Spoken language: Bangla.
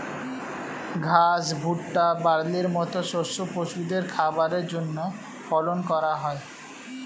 ঘাস, ভুট্টা, বার্লির মত শস্য পশুদের খাবারের জন্যে ফলন করা হয়